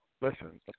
Listen